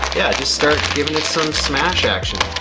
yeah, just start giving it some smash action.